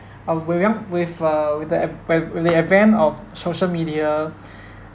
uh whereas with uh with the adven~ with the advent of social media